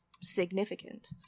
Significant